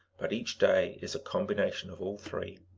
but each day is a combination of all three.